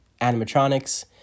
animatronics